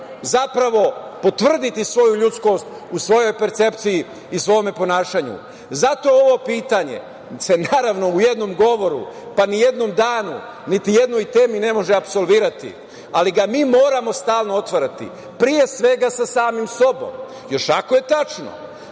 zapravo potvrditi svoju ljudskost u svojoj percepciji i svome ponašanju. Zato ovo pitanje se, naravno u jednom govoru, pa ni jednom danu, niti jednoj temi ne može apsolvirati, ali ga mi moramo stalno otvarati, pre svega sa samim sobom, još ako je tačno